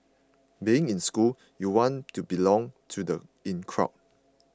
being in school you want to belong to the in crowd